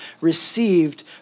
received